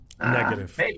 negative